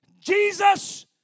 Jesus